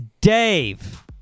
Dave